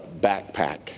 backpack